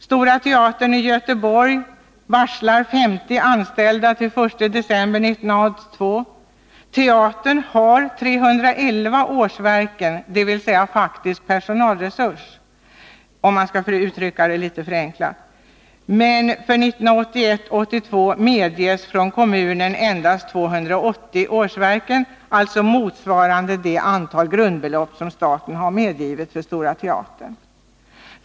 Stora Teatern i Göteborg varslar 50 anställda till 1 december 1982. Teatern har 311 årsverken, dvs. faktisk personalresurs, om man skall uttrycka det litet förenklat. Men för 1981/82 medger kommunen endast 280 årsverken, alltså motsvarande det antal grundbelopp som staten har medgivit för Stora Teatern.